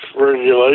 regulation